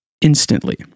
instantly